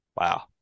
wow